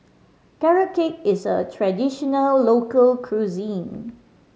Carrot Cake is a traditional local cuisine